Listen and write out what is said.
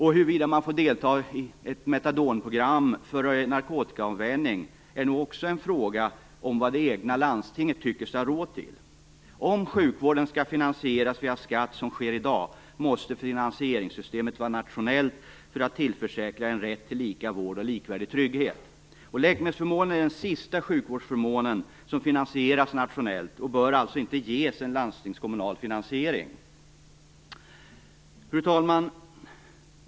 Huruvida man får delta i ett metadonprogram för narkotikaavvänjning är nu också en fråga om vad det egna landstinget tycker sig ha råd till. Om sjukvården skall finansieras via skatt, som det sker i dag, måste finansieringssystemet vara nationellt för att tillförsäkra en rätt till lika vård och likvärdig trygghet. Läkemedelsförmånen är den sista sjukvårdsförmån som finansieras nationellt och bör alltså inte ges en landstingskommunal finansiering. Fru talman!